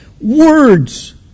words